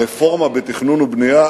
הרפורמה בתכנון ובנייה,